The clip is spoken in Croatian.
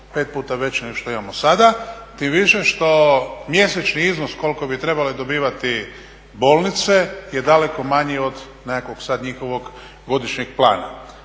pet puta veći nego što imamo sada. Tim više što mjesečni iznos koliko bi trebale dobivati bolnice je daleko manji od nekakvog sad njihovog godišnjeg plana.